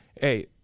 hey